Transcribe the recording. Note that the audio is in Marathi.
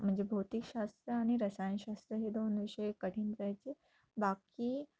म्हणजे भौतिकशास्त्र आणि रसायनशास्त्र हे दोन विषय कठीण राहायचे बाकी